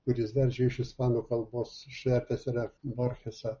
kuris dar iš ispanų kalbos išvertęs yra borgesą